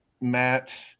Matt